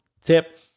tip